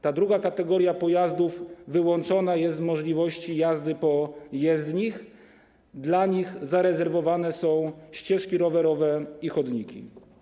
Ta druga kategoria pojazdów wyłączona jest z możliwości jazdy po jezdni, dla nich zarezerwowane są ścieżki rowerowe i chodniki.